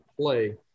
play